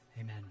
Amen